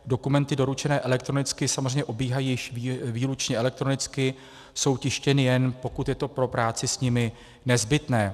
Dokumenty doručené elektronicky samozřejmě obíhají již výlučně elektronicky, jsou tištěny, jen pokud je to pro práci s nimi nezbytné.